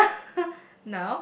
mother